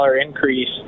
increase